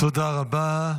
תודה רבה.